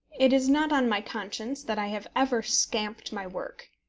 it is not on my conscience that i have ever scamped my work.